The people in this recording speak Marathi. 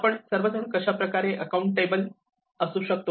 आपण सर्वजण कशाप्रकारे अकाउंटेबल असू शकतो